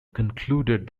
concluded